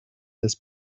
this